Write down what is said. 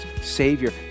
Savior